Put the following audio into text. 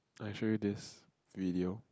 I show you this video